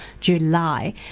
July